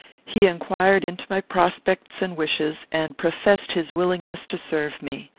he inquired into my prospects and wishes, and professed his willingness to serve me.